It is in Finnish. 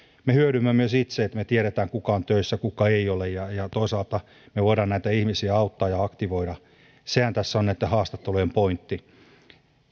me hyödymme myös itse että me tiedämme kuka on töissä kuka ei ole ja ja toisaalta me voimme näitä ihmisiä auttaa ja aktivoida sehän tässä on näitten haastattelujen pointti